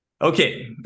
Okay